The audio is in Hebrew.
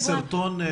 להכין סרטון.